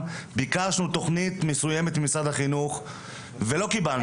ביקשנו תוכנית מסויימת ממשרד החינוך ולא קיבלנו.